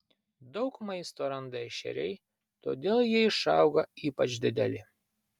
daug maisto randa ešeriai todėl jie išauga ypač dideli